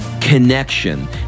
connection